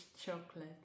chocolate